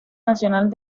nacional